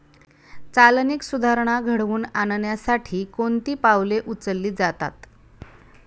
चालनीक सुधारणा घडवून आणण्यासाठी कोणती पावले उचलली जातात?